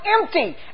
empty